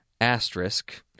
asterisk